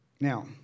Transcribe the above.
Now